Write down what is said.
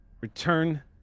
return